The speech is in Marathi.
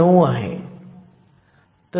9 आहे